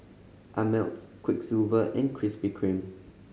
Ameltz Quiksilver and Krispy Kreme